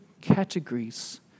categories